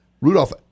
Rudolph